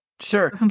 Sure